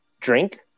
drink